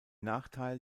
nachteil